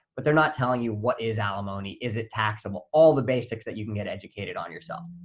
but they're not telling you what is alimony? is it taxable? all the basics that you can get educated on yourself.